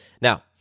Now